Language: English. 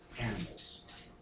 animals